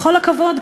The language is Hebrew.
בכל הכבוד,